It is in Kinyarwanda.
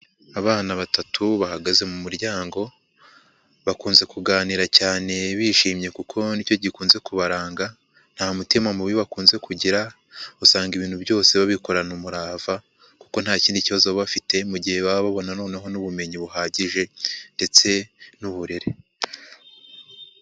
Abana batatu bahagaze mu muryango, bakunze kuganira cyane bishimye kuko ni cyo gikunze kubaranga nta mutima mubi bakunze kugira, usanga ibintu byose babikorana umurava kuko nta kindi kibazo baba bafite mu gihe baba babona noneho n'ubumenyi buhagije ndetse n'uburere.